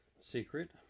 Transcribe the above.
secret